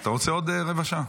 אתה רוצה עוד רבע שעה?